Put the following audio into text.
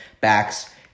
backs